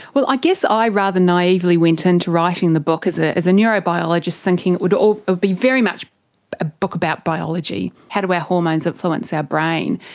well, i guess i rather naively went in to writing the book as ah as a neurobiologist thinking it would ah be very much a book about biology, how do our hormones influence our brain,